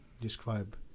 describe